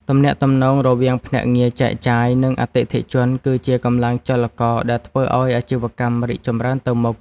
ទំនាក់ទំនងរវាងភ្នាក់ងារចែកចាយ និងអតិថិជន គឺជាកម្លាំងចលករដែលធ្វើឱ្យអាជីវកម្មរីកចម្រើនទៅមុខ។